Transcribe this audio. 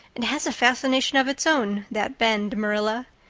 it has a fascination of its own, that bend, marilla.